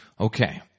Okay